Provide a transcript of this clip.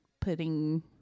putting